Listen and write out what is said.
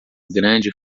grande